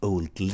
Old